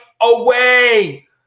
away